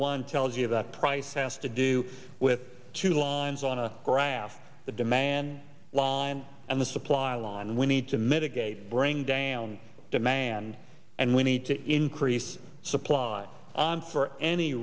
one tells you that price asked to do with two lines on a graph the demand line and the supply line we need to mitigate bring down demand and we need to increase supply for any